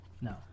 No